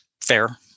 fair